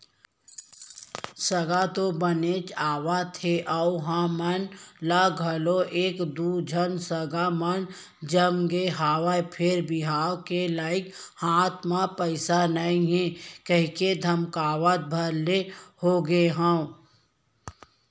सगा तो बनेच आवथे अउ हमन ल घलौ एक दू झन सगा मन ह जमगे हवय फेर बिहाव के लइक हाथ म पइसा नइ हे कहिके धकमकावत भर ले होगे हंव